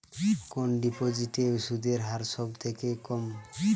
কোন ডিপোজিটে সুদের হার সবথেকে কম?